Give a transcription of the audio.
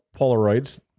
Polaroids